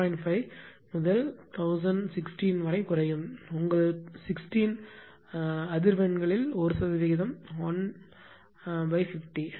5 முதல் 1016 வரை குறையும் உங்கள் 16 அதிர்வெண்களில் 1 சதவிகிதம் 1 50